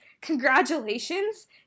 congratulations